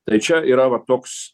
tai čia yra va toks